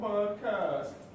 Podcast